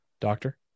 Doctor